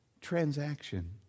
transaction